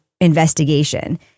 investigation